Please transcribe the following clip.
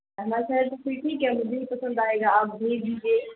famous ہے تو پھر ٹھیک ہے مجھے ہی پسند آئے گا آپ بھیج دیجیے